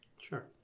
Sure